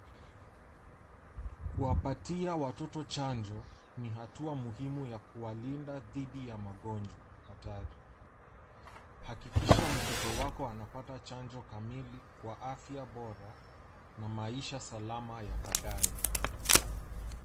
Kuwapatia watoto chanjo, ni hatua muhimu ya kuwalinda dhidi ya magonjwa hatari. Hakikisha mtoto wako anapata chanjo kamili kwa afya bora na maisha salama ya baadaye.